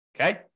Okay